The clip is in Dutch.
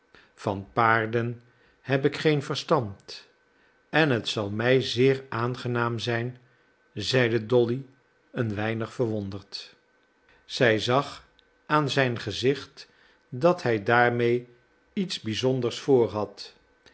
van paarden heb ik geen verstand en het zal mij zeer aangenaam zijn zeide dolly een weinig verwonderd zij zag aan zijn gezicht dat hij daarmee iets bizonders voorhad